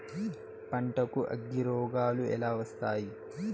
పంటకు అగ్గిరోగాలు ఎలా వస్తాయి?